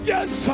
Yes